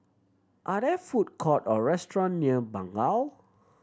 are there food court or restaurant near Bangau